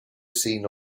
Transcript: seen